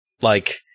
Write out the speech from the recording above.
Like-